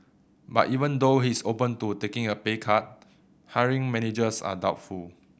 but even though he is open to taking a pay cut hiring managers are doubtful